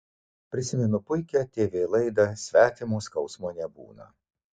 prisimenu puikią tv laidą svetimo skausmo nebūna